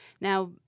Now